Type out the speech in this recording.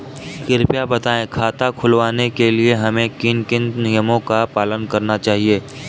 कृपया बताएँ खाता खुलवाने के लिए हमें किन किन नियमों का पालन करना चाहिए?